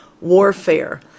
warfare